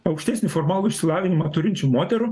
aukštesnį formalų išsilavinimą turinčių moterų